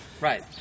Right